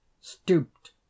stooped